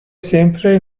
sempre